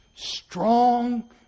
Strong